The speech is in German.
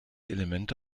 elemente